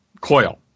coil